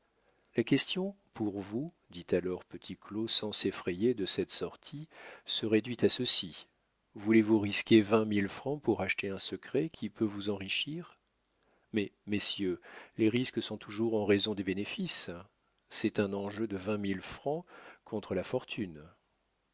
la question pour vous dit alors petit claud sans s'effrayer de cette sortie se réduit à ceci voulez-vous risquer vingt mille francs pour acheter un secret qui peut vous enrichir mais messieurs les risques sont toujours en raison des bénéfices c'est un enjeu de vingt mille francs contre la fortune